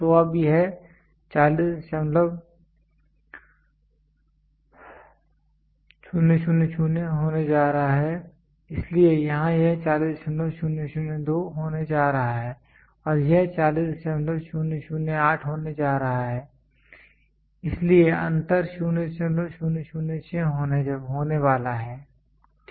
तो अब यह 40000 होने जा रहा है इसलिए यहाँ यह 40002 होने जा रहा है और यह 40008 होने जा रहा है इसलिए अंतर 0006 होने वाला है ठीक है